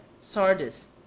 Sardis